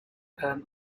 and